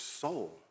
soul